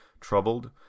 troubled